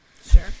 Sure